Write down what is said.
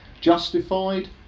Justified